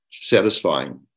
satisfying